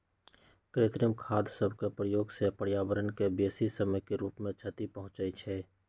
कृत्रिम खाद सभके प्रयोग से पर्यावरण के बेशी समय के रूप से क्षति पहुंचइ छइ